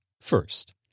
First